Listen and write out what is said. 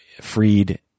freed